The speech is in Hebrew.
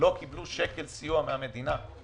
לא קיבלו שקל סיוע מהמדינה.